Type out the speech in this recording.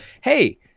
Hey